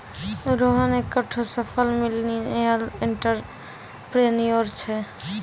रोहन एकठो सफल millennial entrepreneur छै